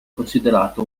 considerato